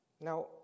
Now